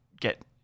get